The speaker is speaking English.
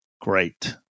Great